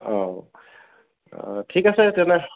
ঠিক আছে তেনে